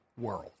world